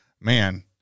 man